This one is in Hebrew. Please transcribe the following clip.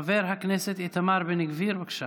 חבר הכנסת איתמר בן גביר, בבקשה.